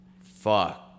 Fuck